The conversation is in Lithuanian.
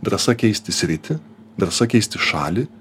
drąsa keisti sritį drąsa keisti šalį